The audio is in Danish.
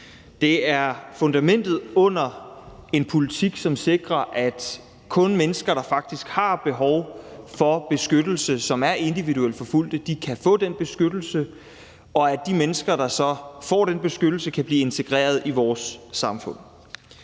Det er fundamentet under en politik, som sikrer, at kun mennesker, der faktisk har behov for beskyttelse, som er individuelt forfulgte, kan få den beskyttelse, og at de mennesker, der så får den beskyttelse, kan blive integreret i vores samfund.